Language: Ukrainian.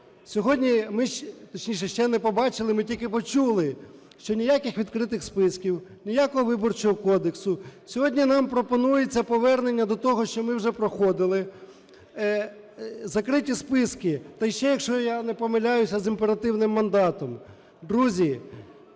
Точніше, ще не побачили, ми тільки почули, що ніяких відкритих списків, ніякого Виборчого кодексу. Сьогодні нам пропонується повернення до того, що ми вже проходили: закриті списки, та й ще, якщо я не помиляюся, з імперативним мандатом. Друзі,